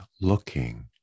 looking